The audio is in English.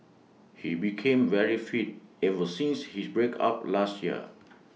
he became very fit ever since his break up last year